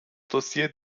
dossier